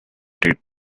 dirk